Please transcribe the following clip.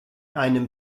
einem